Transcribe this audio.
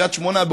בקריית שמונה,